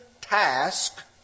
task